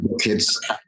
kids